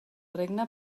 regne